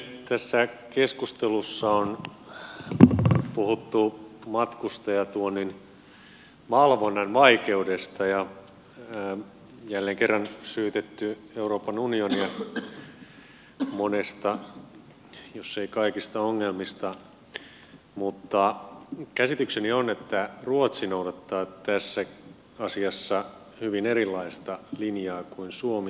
tässä keskustelussa on puhuttu matkustajatuonnin valvonnan vaikeudesta ja jälleen kerran syytetty euroopan unionia monista jos ei kaikista ongelmista mutta käsitykseni on että ruotsi noudattaa tässä asiassa hyvin erilaista linjaa kuin suomi